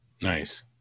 Nice